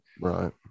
Right